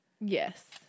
Yes